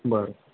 बरं